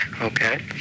Okay